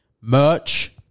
Merch